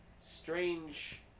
strange